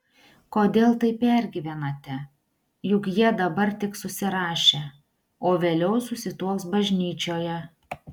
kodėl taip pergyvenate juk jie dabar tik susirašė o vėliau susituoks bažnyčioje